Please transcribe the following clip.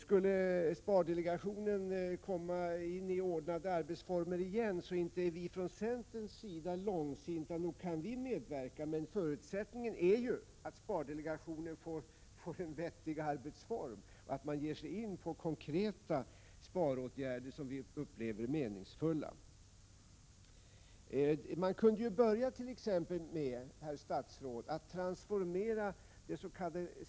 Skulle spardelegationen komma in i ordnade arbetsformer igen är vi inte från centerns sida långsinta, utan visst kan vi medverka. Men förutsättningen är ju att spardelegationen får en vettig arbetsform, att man ger sig in på konkreta sparåtgärder som vi upplever som meningsfulla. Man kunde. ex. börja med att transformera dets.k.